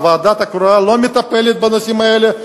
הוועדה הקרואה לא מטפלת בנושאים האלה,